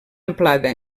amplada